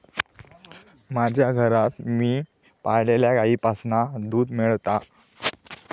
माज्या घरात मी पाळलल्या गाईंपासना दूध मेळता